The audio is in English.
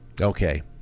Okay